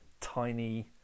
tiny